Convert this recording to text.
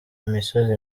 imisozi